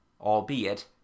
Albeit